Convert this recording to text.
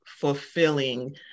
fulfilling